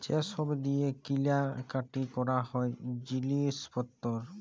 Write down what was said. যে ছব দিঁয়ে কিলা কাটি ক্যরা হ্যয় জিলিস পত্তর